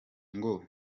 ngo